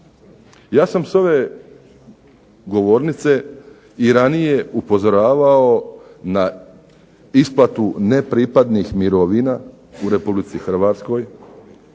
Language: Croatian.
Ja sam s ove govornice i ranije upozoravao na isplatu nepripadnih mirovina u RH.